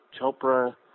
chopra